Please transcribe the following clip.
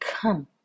come